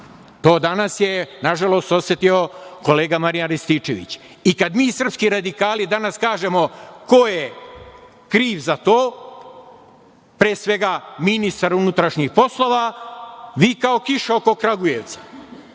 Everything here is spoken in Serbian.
to danas je, nažalost, osetio kolega Marijan Rističević. Kad mi srpski radikali danas kažemo ko je kriv za to, pre svega ministar unutrašnjih poslova, vi kao kiša oko Kragujevca,